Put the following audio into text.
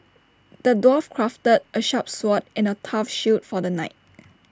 the dwarf crafted A sharp sword and A tough shield for the knight